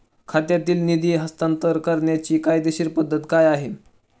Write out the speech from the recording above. खात्यातील निधी हस्तांतर करण्याची कायदेशीर पद्धत काय आहे?